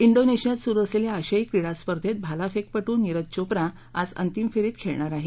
इंडोनेशियात सुरु असलेल्या आशियाई क्रीडा स्पर्धेमध्ये भालाफेपट् नीरज चोप्रा आज अंतिम फेरीत खेळणार आहे